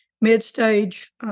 mid-stage